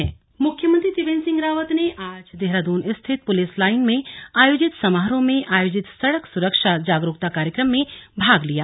slug CM app launch मुख्यमंत्री त्रिवेंद्र सिंह रावत ने आज देहरादून स्थित पुलिस लाइन में आयोजित समारोह में आयोजित सड़क सुरक्षा जागरुकता कार्यक्रम में भाग लिया